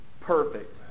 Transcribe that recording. perfect